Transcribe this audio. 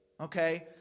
Okay